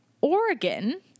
Oregon